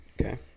Okay